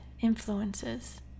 influences